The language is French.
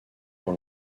pour